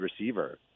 receiver